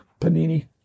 Panini